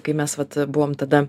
kai mes vat buvom tada